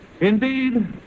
Indeed